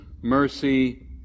mercy